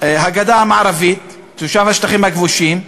הגדה המערבית, תושב השטחים הכבושים,